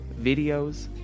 videos